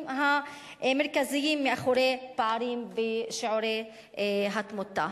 המרכזיים מאחורי פערים בשיעורי התמותה.